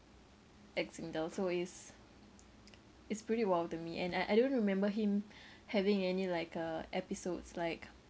at Singtel so it's it's pretty !wow! me and I I don't remember him having any like uh episodes like